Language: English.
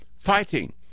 fighting